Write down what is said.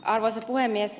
arvoisa puhemies